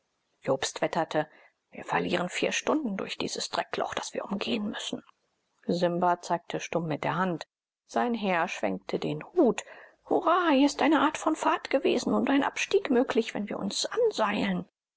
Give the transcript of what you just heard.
jobst wetterte wir verlieren vier stunden durch dieses dreckloch das wir umgehen müssen simba zeigte stumm mit der hand sein herr schwenkte den hut hurra hier ist eine art von pfad gewesen und ein abstieg möglich wenn wir uns anseilen